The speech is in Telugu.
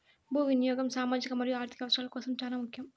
భూ వినియాగం సామాజిక మరియు ఆర్ధిక అవసరాల కోసం చానా ముఖ్యం